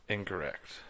Incorrect